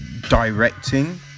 directing